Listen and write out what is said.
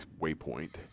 waypoint